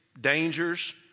dangers